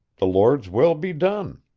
the lord's will be done.